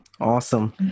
awesome